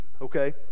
okay